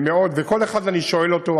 ואני שואל כל אחד,